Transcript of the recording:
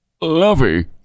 Lovey